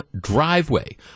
driveway